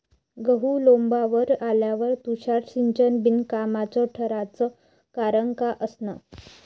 गहू लोम्बावर आल्यावर तुषार सिंचन बिनकामाचं ठराचं कारन का असन?